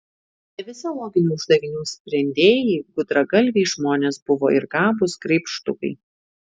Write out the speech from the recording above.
ne visi loginių uždavinių sprendėjai gudragalviai žmonės buvo ir gabūs graibštukai